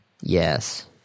Yes